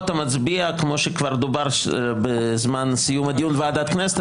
כמו שכבר דובר בזמן סיום הדיון בוועדת הכנסת,